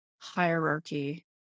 hierarchy